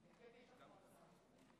שלוש דקות,